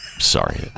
Sorry